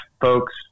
folks